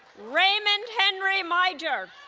raymond henry meijer